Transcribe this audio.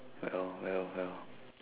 well well well